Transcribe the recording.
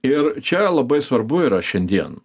ir čia labai svarbu yra šiandien